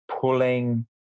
pulling